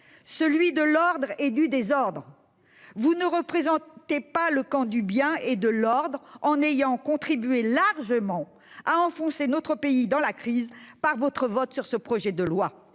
ni de l'ordre et du désordre. Vous ne représentez pas le camp du bien et de l'ordre, en ayant contribué largement à enfoncer notre pays dans la crise par votre vote sur ce projet de loi.